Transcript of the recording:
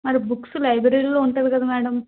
మరి బుక్స్ లైబ్రరీలో ఉంటుంది కద మ్యాడం